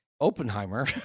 Oppenheimer